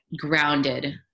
grounded